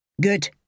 Good